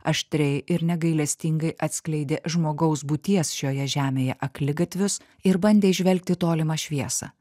aštriai ir negailestingai atskleidė žmogaus būties šioje žemėje akligatvius ir bandė įžvelgti tolimą šviesą